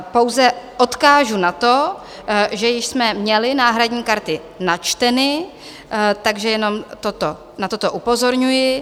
Pouze odkážu na to, že již jsme měli náhradní karty načteny, takže jenom na toto upozorňuji.